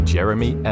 Jeremy